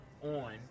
on